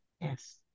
Yes